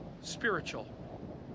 spiritual